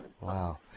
Wow